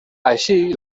així